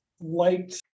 liked